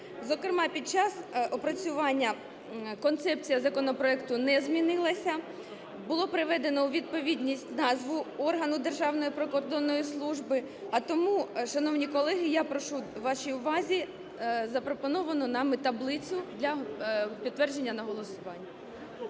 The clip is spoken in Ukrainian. Зокрема, під час опрацювання концепція законопроекту не змінилася. Було приведено у відповідність назву органу Державної прикордонної служби. А тому, шановні колеги, я прошу вашій увазі запропоновану нами таблицю для підтвердження на голосування.